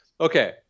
Okay